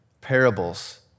parables